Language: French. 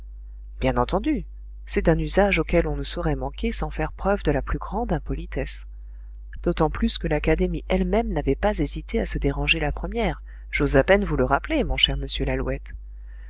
bien entendu c'est d'un usage auquel on ne saurait manquer sans faire preuve de la plus grande impolitesse d'autant plus que l'académie elle-même n'avait pas hésité à se déranger la première j'ose à peine vous le rappeler mon cher monsieur lalouette